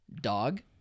Dog